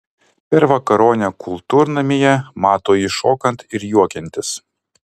per vakaronę kultūrnamyje mato jį šokant ir juokiantis